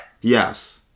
Yes